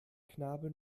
knabe